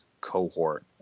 cohort